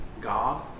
god